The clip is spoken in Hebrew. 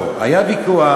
לא, היה ויכוח.